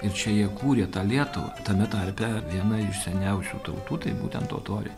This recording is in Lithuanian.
ir čia jie kūrė tą lietuvą tame tarpe viena iš seniausių tautų tai būtent totoriai